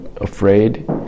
afraid